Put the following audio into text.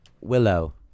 Willow